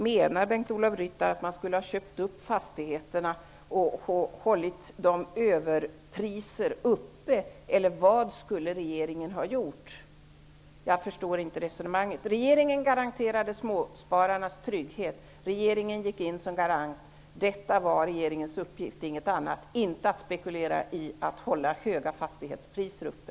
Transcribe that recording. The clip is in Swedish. Menar Bengt-Ola Ryttar att regeringen skulle ha köpt upp fastigheterna och hållit överpriserna uppe? Vad skulle regeringen ha gjort? Jag förstår inte resonemanget. Regeringen garanterade småspararnas trygghet. Regeringen gick in såsom garant. Detta var regeringens uppgift, inte att hålla de höga fastighetspriserna uppe.